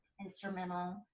instrumental